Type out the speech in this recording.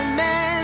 man